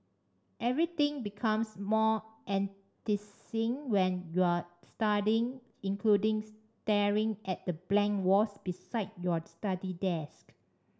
everything becomes more enticing when you're studying including staring at the blank walls beside your study desk